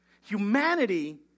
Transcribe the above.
Humanity